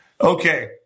Okay